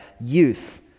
youth